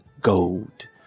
gold